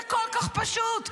זה כל כך פשוט.